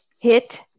Hit